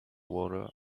water